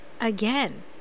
again